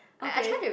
okay